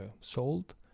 sold